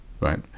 Right